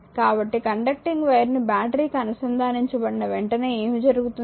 కాబట్టి conducting wire ని battery కి అనుసంధానించబడిన వెంటనే ఏమి జరుగుతుంది